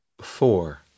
Four